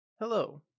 Hello